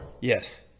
Yes